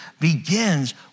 begins